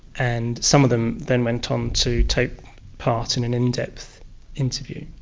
and some of them then went on to take part in an in-depth interview.